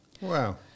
Wow